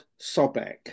Sobek